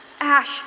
Ash